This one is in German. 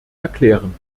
erklären